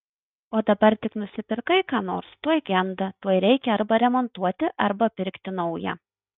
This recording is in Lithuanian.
o dabar tik nusipirkai ką nors tuoj genda tuoj reikia arba remontuoti arba pirkti naują